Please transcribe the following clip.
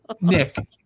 Nick